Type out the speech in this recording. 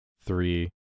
three